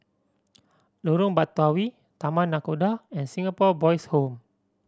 Lorong Batawi Taman Nakhoda and Singapore Boys' Home